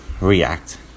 react